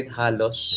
halos